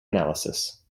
analysis